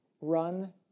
run